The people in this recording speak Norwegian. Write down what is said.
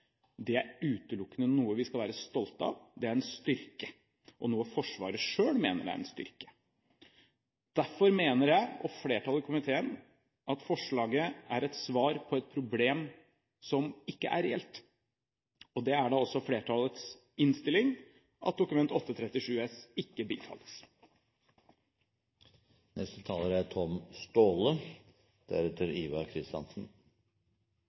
er utelukkende noe vi skal være stolte av. Det er en styrke, og det er noe Forsvaret selv mener er en styrke. Derfor mener jeg og flertallet i komiteen at forslaget er et svar på et problem som ikke er reelt, og det er da også flertallets innstilling at Dokument 8:37 S ikke